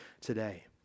today